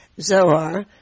Zohar